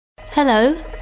Hello